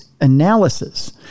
analysis